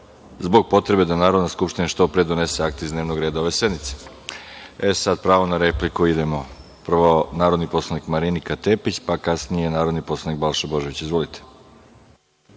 zbog potrebe da Narodna skupština što pre donese akta iz dnevnog reda ove sednice. Pravo na repliku prvo narodni poslanik Marinika Tepić, pa kasnije narodni poslanik Balša Božović. Izvolite.